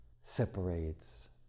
separates